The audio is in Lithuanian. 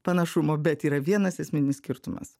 panašumo bet yra vienas esminis skirtumas